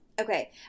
Okay